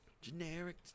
Generic